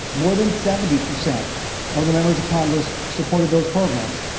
more than seventy percent of the members of congress supported those programs.